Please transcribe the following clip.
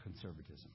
conservatism